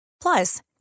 Plus